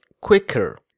quicker